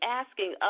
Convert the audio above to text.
asking